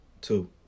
Two